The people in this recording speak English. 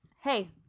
Hey